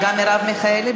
גם מרב מיכאלי?